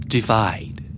Divide